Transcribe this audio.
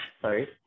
Sorry